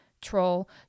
troll